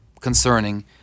concerning